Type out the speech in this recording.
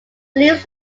believes